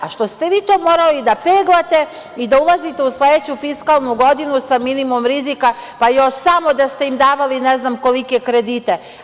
A što ste vi to morali da peglate i da ulazite u sledeću fiskalnu godinu sa minimum rizika, pa još samo da ste im davali ne znam kolike kredite.